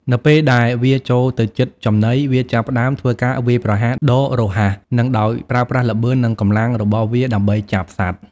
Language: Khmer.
នៅពេលដែលវាចូលទៅជិតចំណី វាចាប់ផ្តើម ធ្វើការវាយប្រហារដ៏រហ័ស និងដោយប្រើប្រាស់ល្បឿន និងកម្លាំងរបស់វាដើម្បីចាប់សត្វ។